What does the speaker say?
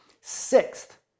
Sixth